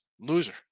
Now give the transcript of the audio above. Loser